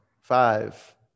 Five